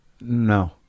No